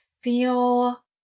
feel